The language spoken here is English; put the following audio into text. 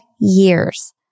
years